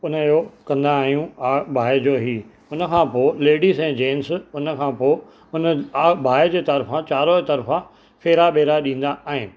हुनजो कंदा आहियूं आ बाहि जो ही हुन खां पोइ लेडीस ऐं जैंटस हुन खां पोइ हुन आग बाहि जे तर्फ़ां चारों तर्फ़ां फेरा वेरा ॾींदा आहिनि